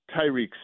Tyreek